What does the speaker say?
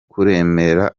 kuremera